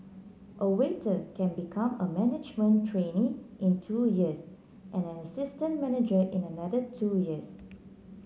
a waiter can become a management trainee in two years and an assistant manager in another two years